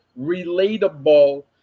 relatable